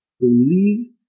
believe